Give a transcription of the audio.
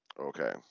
Okay